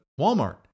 Walmart